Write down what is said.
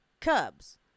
cubs